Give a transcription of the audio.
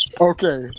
Okay